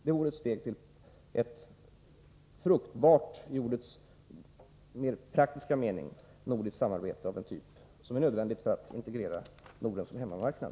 Det vore ett steg mot fruktbart — i ordets mera praktiska mening — nordiskt samarbete av den typ som behövs för att integrera Norden som hemmamarknad.